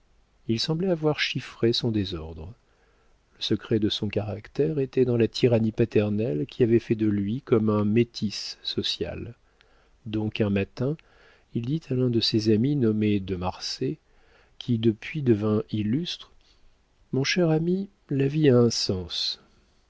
il semblait avoir chiffré son désordre le secret de son caractère était dans la tyrannie paternelle qui avait fait de lui comme un métis social donc un matin il dit à l'un de ses amis nommé de marsay qui depuis devint illustre mon cher ami la vie a un sens